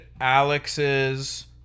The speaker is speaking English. Alex's